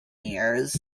years